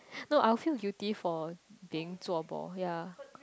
no I will feel guilty for being zuo bo ya